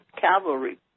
cavalry